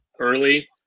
Early